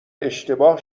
اشتباه